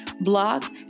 block